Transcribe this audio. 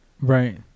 Right